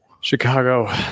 Chicago